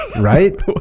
Right